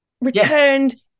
returned